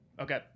Okay